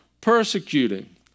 persecuting